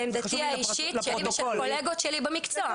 זאת עמדתי האישית, שלי ושל קולגות שלי במקצוע.